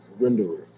renderer